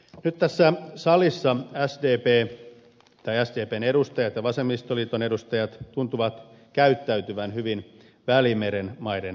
nyt tässä salissa sdpn edustajat ja vasemmistoliiton edustajat tuntuvat käyttäytyvän hyvin välimeren maiden tapaisesti